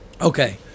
Okay